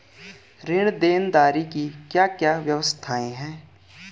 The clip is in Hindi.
ऋण देनदारी की क्या क्या व्यवस्थाएँ हैं?